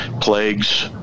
plagues